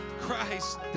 Christ